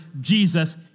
Jesus